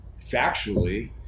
factually